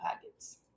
Pockets